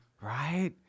right